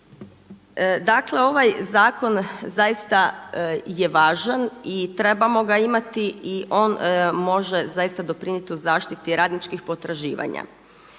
Dakle, ovaj zakon zaista je važan i trebamo ga imati i on može zaista doprinijeti zaštiti radničkih potraživanja.